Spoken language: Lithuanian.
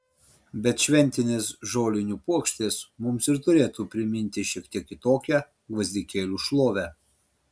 bet šventinės žolinių puokštės mums ir turėtų priminti šiek tiek kitokią gvazdikėlių šlovę